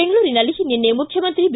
ಬೆಂಗಳೂರನಲ್ಲಿ ನಿನ್ನೆ ಮುಖ್ಯಮಂತ್ರಿ ಬಿ